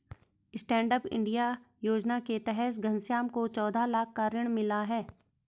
stand up India योजना के तहत घनश्याम को चौदह लाख का ऋण मिला है